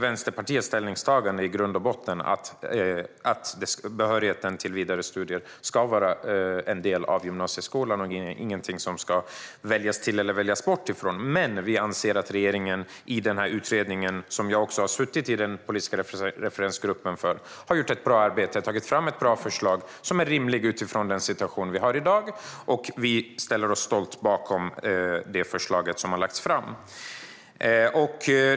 Vänsterpartiets ställningstagande är i grund och botten att behörigheten till vidare studier ska vara en del av gymnasieskolan och inget som ska väljas till eller väljas bort. Vi anser dock att regeringen i denna utredning, som jag också har suttit i den politiska referensgruppen för, har gjort ett bra arbete. Man har tagit fram ett bra förslag som är rimligt utifrån den situation vi har i dag, och vi ställer oss stolt bakom det förslag som har lagts fram.